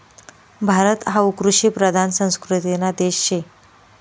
भारत हावू कृषिप्रधान संस्कृतीना देश शे